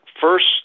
first